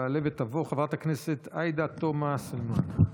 תעלה ותבוא חברת הכנסת עאידה תומא סלימאן.